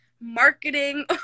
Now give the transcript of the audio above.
marketing